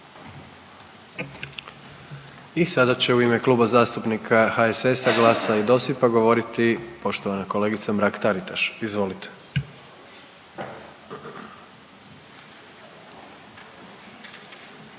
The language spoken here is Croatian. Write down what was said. I sada će u ime Kluba zastupnika HSS-a, GLAS-a i DOSIP-a govoriti poštovana kolegica Mrak-Taritaš. Izvolite.